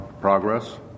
progress